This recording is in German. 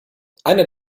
einer